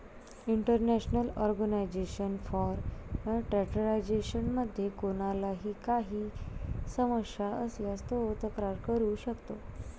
international organization for standardization मध्ये कोणाला काही समस्या असल्यास तो तक्रार करू शकतो